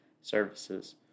services